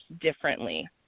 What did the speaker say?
differently